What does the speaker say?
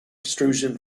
etruscan